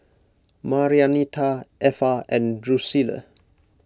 Marianita Effa and Drucilla